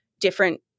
different